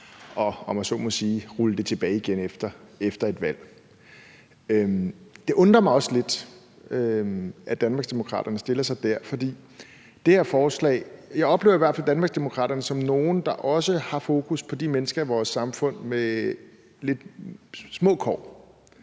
om jeg så må sige, at rulle det tilbage igen efter et valg, og det undrer mig også lidt, at Danmarksdemokraterne stiller sig der. For jeg oplever i hvert fald Danmarksdemokraterne som nogle, der også har fokus på de mennesker i vores samfund med lidt små kår,